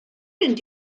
mynd